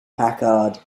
packard